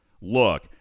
look